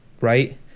right